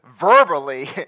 verbally